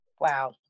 Wow